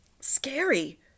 scary